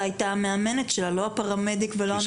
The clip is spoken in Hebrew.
הייתה המאמנת שלה ולא הפרמדיק ולא המציל שהיו בבריכה.